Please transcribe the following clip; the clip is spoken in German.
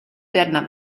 werden